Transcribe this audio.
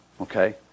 okay